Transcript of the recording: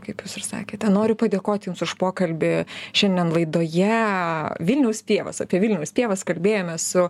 kaip jūs ir sakėte noriu padėkoti jums už pokalbį šiandien laidoje vilniaus pievas apie vilniaus pievas kalbėjomės su